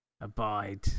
abide